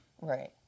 Right